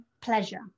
pleasure